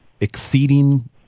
exceeding